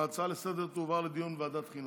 ההצעה לסדר-היום תועבר לדיון בוועדת החינוך.